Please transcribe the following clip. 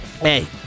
Hey